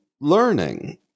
learning